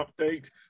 update